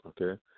okay